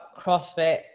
CrossFit